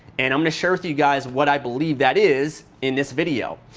and um to share with you guys what i believe that is in this video.